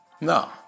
no